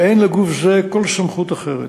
ואין לגוף זה כל סמכות אחרת.